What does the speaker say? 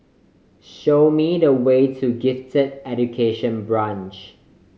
show me the way to Gifted Education Branch